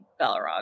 balrog